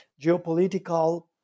geopolitical